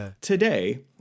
Today